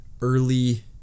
early